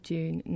June